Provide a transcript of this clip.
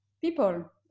people